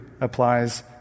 applies